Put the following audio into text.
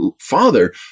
Father